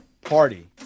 party